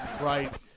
right